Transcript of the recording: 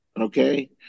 Okay